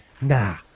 nah